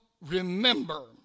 remember